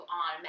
on